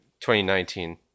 2019